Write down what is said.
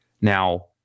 Now